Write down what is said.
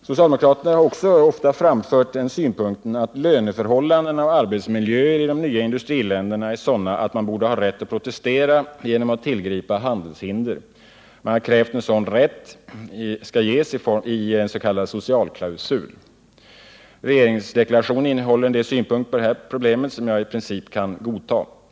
Socialdemokraterna har ofta framfört den synpunkten att löneförhållanden och arbetsmiljöer i de nya industriländerna är sådana att man borde ha rätt att protestera genom att tillgripa handelshinder. Man har krävt att en sådan rätt skall ges i en s.k. socialklausul. Regeringsdeklarationen innehåller en del synpunkter på de här problemen som jag i princip kan godta.